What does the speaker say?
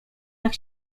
jak